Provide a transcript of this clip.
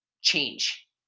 change